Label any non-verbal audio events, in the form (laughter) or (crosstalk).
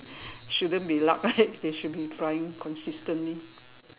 shouldn't be luck right (laughs) they should be trying constantly